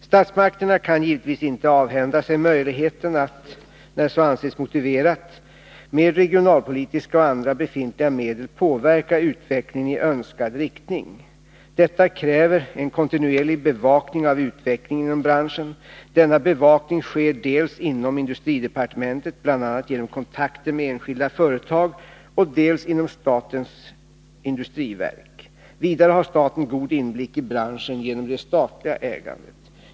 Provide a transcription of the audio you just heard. Statsmakterna kan givetvis inte avhända sig möjligheten att, när så anses motiverat, med regionalpolitiska och andra befintliga medel påverka utvecklingen i önskad riktning. Detta kräver en kontinuerlig bevakning av utvecklingen inom branschen. Denna bevakning sker dels inom industridepartementet, bl.a. genom kontakter med enskilda företag, dels inom statens industriverk. Vidare har staten god inblick i branschen genom det statliga ägandet.